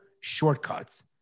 shortcuts